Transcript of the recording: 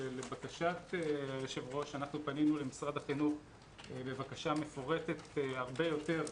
לבקשת היושב-ראש פנינו למשרד החינוך בבקשה מפורטת הרבה יותר,